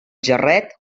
jarret